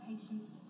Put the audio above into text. patients